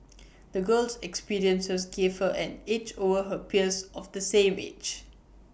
the girl's experiences gave her an edge over her peers of the same age